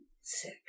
sick